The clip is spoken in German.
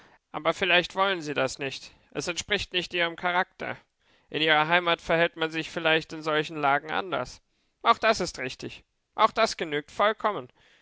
aber vielleicht wollen sie das nicht es entspricht nicht ihrem charakter in ihrer heimat verhält man sich vielleicht in solchen lagen anders auch das ist richtig auch das genügt vollkommen